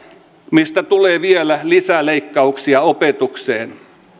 mistä tulee vielä lisäleikkauksia opetukseen